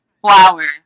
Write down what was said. flowers